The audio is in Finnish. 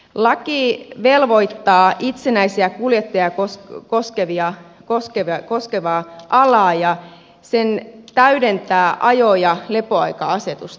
laki velvoittaa itsenäisiä kuljettajia koskevaa alaa ja se täydentää ajo ja lepoaika asetusta